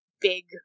big